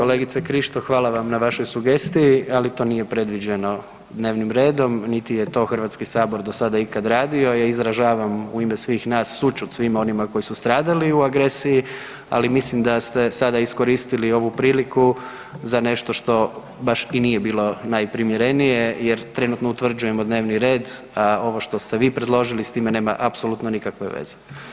Kolegice Krišto, hvala vam na vašoj sugestiji, ali to nije predviđeno dnevnim redom niti je to Hrvatski sabor do sad ikad radio, ja izražavam u ime svih nas sućut svima onima koji su stradali u agresiji, ali mislim da ste sada iskoristili ovu priliku za nešto što baš i nije bilo najprimjerenije jer trenutno utvrđujemo dnevni red a ovo što ste vi predložili, s time nema apsolutno nikakve veze.